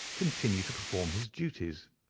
continue to perform his duties.